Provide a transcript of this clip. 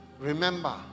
remember